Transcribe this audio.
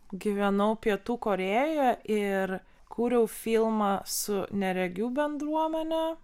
gyvenau pietų korėjoje ir kūriau filmą su neregių bendruomene